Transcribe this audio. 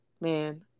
man